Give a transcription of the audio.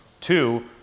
two